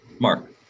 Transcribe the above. Mark